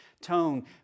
tone